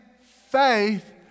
faith